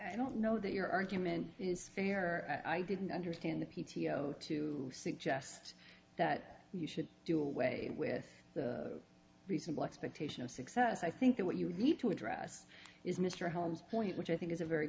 i don't know that your argument is fair i didn't understand the p t o to suggest that you should do away with reasonable expectation of success i think that what you need to address is mr holmes point which i think is a very